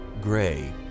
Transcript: Gray